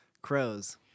Crows